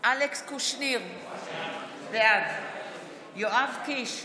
אלכס קושניר, בעד יואב קיש,